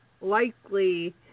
likely